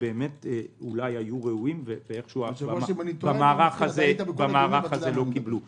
שבאמת אולי היו ראויים ואיכשהו במערך הזה הם לא קיבלו -- היושב-ראש,